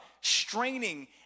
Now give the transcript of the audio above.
straining